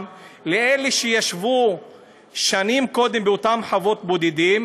לאלה שישבו שנים קודם באותן חוות בודדים,